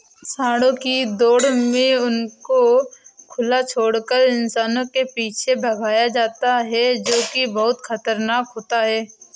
सांडों की दौड़ में उनको खुला छोड़कर इंसानों के पीछे भगाया जाता है जो की बहुत खतरनाक होता है